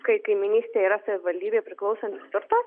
kai kaimynystėje yra savivaldybei priklausantis turtas